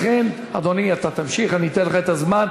ולכן, אדוני, אתה תמשיך ואני אתן לך את הזמן.